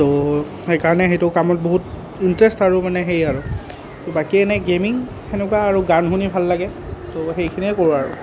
তো সেইকাৰণে সেইটো কামত বহুত ইণ্টাৰেষ্ট আৰু মানে সেই আৰু বাকী এনেই গেমিং সেনেকুৱা আৰু গান শুনি ভাল লাগে তো সেইখিনিয়েই কৰোঁ আৰু